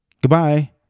goodbye